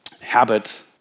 habit